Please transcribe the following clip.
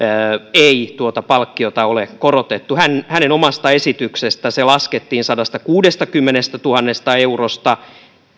ei tuota palkkiota ole korotettu hänen omasta esityksestään se laskettiin sadastakuudestakymmenestätuhannesta eurosta